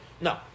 No